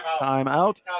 timeout